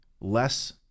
less